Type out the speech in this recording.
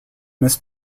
miss